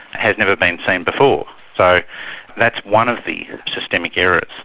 has never been seen before. so that's one of the systemic errors.